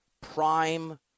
prime